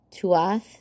tuath